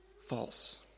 false